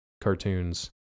cartoons